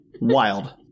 Wild